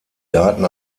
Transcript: daten